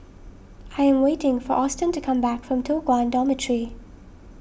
I am waiting for Austen to come back from Toh Guan Dormitory